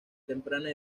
temprana